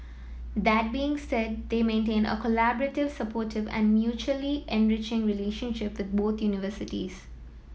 that being said they maintain a collaborative supportive and mutually enriching relationship with both universities